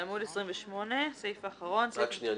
רק שנייה,